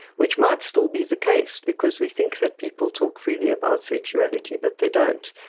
which might still be the case because we think that people talk freely about sexuality but they don't.